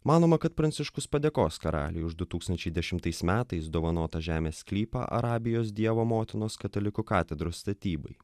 manoma kad pranciškus padėkos karaliui už du tūkstančiai dešimtais metais dovanotą žemės sklypą arabijos dievo motinos katalikų katedros statybai